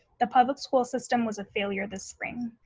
the public school system was a failure this spring.